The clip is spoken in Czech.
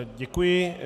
Děkuji.